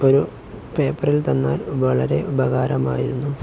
ഒരു പേപ്പറിൽ തന്നാൽ വളരെ ഉപകാരമായിരുന്നു